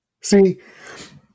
See